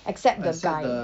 except the guy